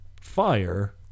fire